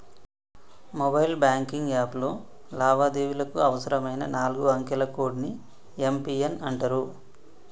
mobile banking యాప్లో లావాదేవీలకు అవసరమైన నాలుగు అంకెల కోడ్ ని యం.పి.ఎన్ అంటరు